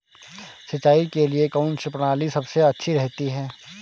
सिंचाई के लिए कौनसी प्रणाली सबसे अच्छी रहती है?